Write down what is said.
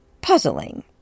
puzzling